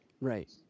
Right